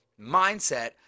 mindset